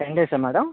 ten డేసా madam